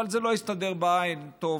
אבל זה לא הסתדר בעין טוב,